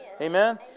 Amen